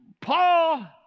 Paul